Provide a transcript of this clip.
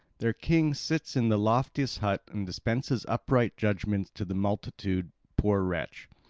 their king sits in the loftiest hut and dispenses upright judgments to the multitude, poor wretch!